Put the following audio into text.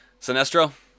Sinestro